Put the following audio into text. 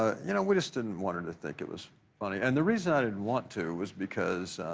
ah you know we just didn't want her to think it was funny and the reason i didn't want to is because